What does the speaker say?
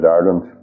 Ireland